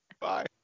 Bye